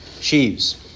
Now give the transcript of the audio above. sheaves